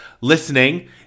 listening